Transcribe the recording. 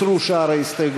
מסירים את כל שאר ההסתייגויות.